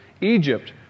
Egypt